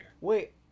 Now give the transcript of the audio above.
Wait